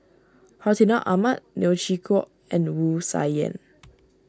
Hartinah Ahmad Neo Chwee Kok and Wu Tsai Yen